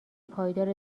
پایدار